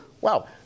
wow